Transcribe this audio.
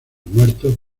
muertos